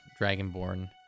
dragonborn